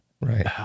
right